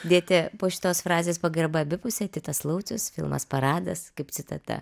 dėti po šitos frazės pagarba abipusė titas laucius filmas paradas kaip citata